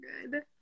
good